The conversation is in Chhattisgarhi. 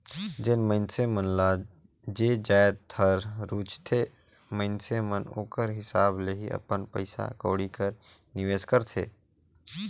जेन मइनसे मन ल जे जाएत हर रूचथे मइनसे मन ओकर हिसाब ले ही अपन पइसा कउड़ी कर निवेस करथे